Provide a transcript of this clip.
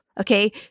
okay